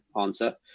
answer